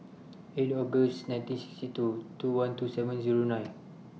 eight August nineteen sixty two two one two seven Zero nine